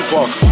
Park